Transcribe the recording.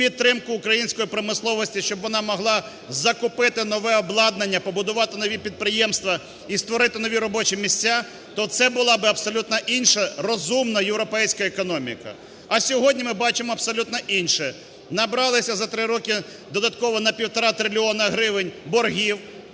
підтримку української промисловості, щоб вона могла закупити нове обладнання, побудувати нові підприємства і створити нові робочі місця, то це би була абсолютно інша, розумна європейська економіка. А сьогодні ми бачимо абсолютно інше: набралися за 3 роки додатково на 1,5 трильйона гривень боргів,